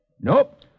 Nope